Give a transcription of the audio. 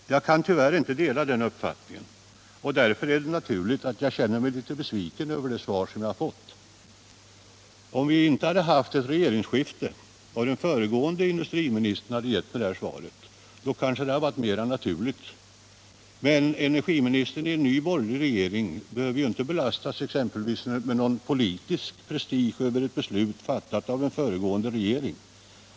Tyvärr kan jag inte dela den uppfattningen, och därför är det naturligt att jag känner mig litet besviken över det svar som jag har fått. Om vi inte hade haft ett regeringsskifte, och om den föregående industriministern hade gett mig det här svaret, då hade det varit mera naturligt. Men energiministern i en ny borgerlig regering behöver exempelvis inte belastas av någon politisk prestige med anledning av ett beslut, fattat av en föregående regering.